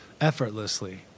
effortlessly